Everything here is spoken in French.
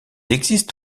existe